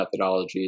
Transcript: methodologies